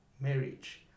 marriage